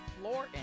Floor &